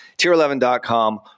tier11.com